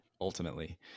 ultimately